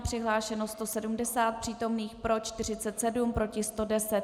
Přihlášeno 170 přítomných, pro 47, proti 110.